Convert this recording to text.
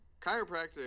chiropractic